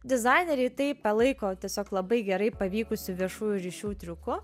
dizaineriai tai palaiko tiesiog labai gerai pavykusiu viešųjų ryšių triuku